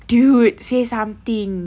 dude say something